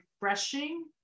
refreshing